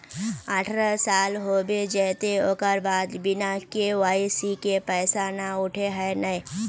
अठारह साल होबे जयते ओकर बाद बिना के.वाई.सी के पैसा न उठे है नय?